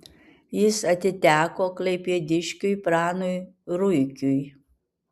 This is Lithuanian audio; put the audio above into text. jis atiteko klaipėdiškiui pranui ruikiui